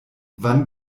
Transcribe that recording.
wann